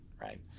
right